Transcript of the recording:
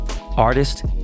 Artist